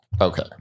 Okay